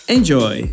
Enjoy